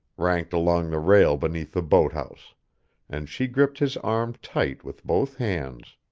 ranked along the rail beneath the boathouse and she gripped his arm tight with both hands.